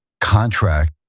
contract